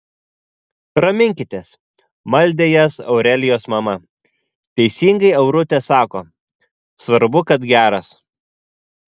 raminkitės maldė jas aurelijos mama teisingai aurutė sako svarbu kad geras